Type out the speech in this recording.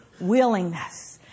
willingness